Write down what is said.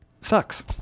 sucks